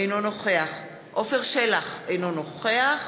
אינו נוכח עפר שלח, אינו נוכח